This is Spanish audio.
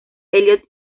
elliot